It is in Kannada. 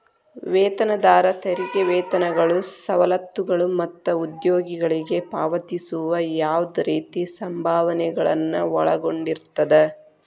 ವೇತನದಾರ ತೆರಿಗೆ ವೇತನಗಳು ಸವಲತ್ತುಗಳು ಮತ್ತ ಉದ್ಯೋಗಿಗಳಿಗೆ ಪಾವತಿಸುವ ಯಾವ್ದ್ ರೇತಿ ಸಂಭಾವನೆಗಳನ್ನ ಒಳಗೊಂಡಿರ್ತದ